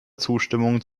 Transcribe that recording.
zustimmung